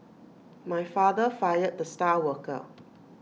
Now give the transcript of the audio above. my father fired the star worker